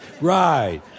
Right